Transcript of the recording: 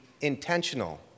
intentional